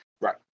Right